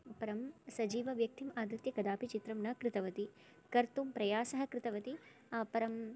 परं सजीवव्यक्तिम् आदृत्य कदापि चित्रं न कृतवती कर्तुं प्रयासः कृतवती परं